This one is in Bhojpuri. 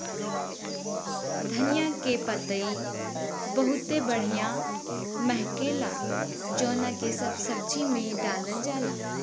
धनिया के पतइ बहुते बढ़िया महके ला जवना के सब सब्जी में डालल जाला